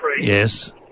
Yes